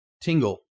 Tingle